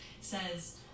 says